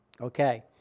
Okay